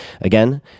Again